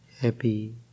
happy